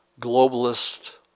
globalist